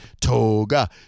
Toga